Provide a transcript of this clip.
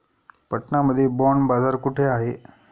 पटना मध्ये बॉंड बाजार कुठे आहे?